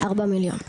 ארבעה מיליון בערך.